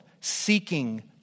seeking